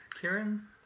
Kieran